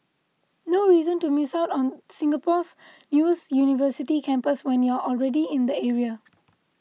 no reason to miss out on Singapore's newest university campus when you're already in the area